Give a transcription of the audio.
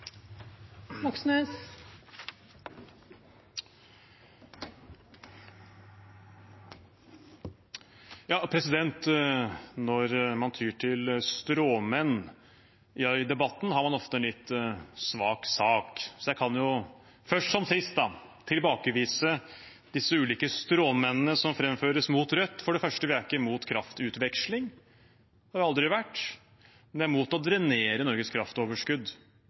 Når man tyr til stråmenn i debatten, har man ofte en litt svak sak. Jeg kan, først som sist, tilbakevise disse ulike stråmennene som framføres mot Rødt. For det første: Vi er ikke imot kraftutveksling, og det har vi aldri vært. Men vi er imot å drenere Norges kraftoverskudd.